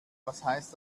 heißt